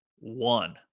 One